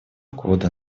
года